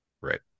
Right